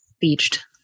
beached